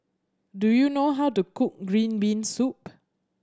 do you know how to cook green bean soup